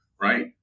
right